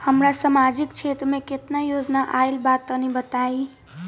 हमरा समाजिक क्षेत्र में केतना योजना आइल बा तनि बताईं?